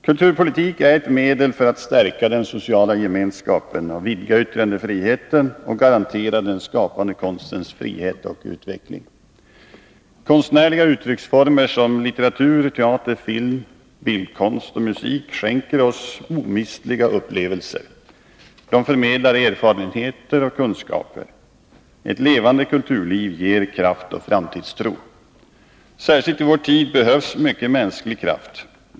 Kulturpolitik är ett medel för att stärka den sociala gemenskapen, vidga yttrandefriheten och garantera den skapande konstens frihet och utveckling. Konstnärliga uttrycksformer som litteratur, teater, film, bildkonst och musik skänker oss omistliga upplevelser. De förmedlar erfarenheter och kunskaper. Ett levande kulturliv ger kraft och framtidstro. Särskilt i vår tid behövs mycket mänsklig kraft.